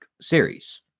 series